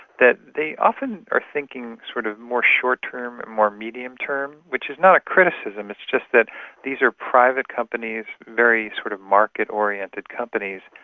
that they often are thinking sort of more short-term and more medium-term which is not a criticism, it's just that these are private companies, very sort of market oriented companies,